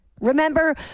Remember